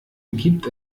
gibt